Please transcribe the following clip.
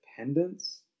independence